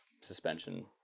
suspension